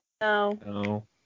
No